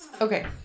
Okay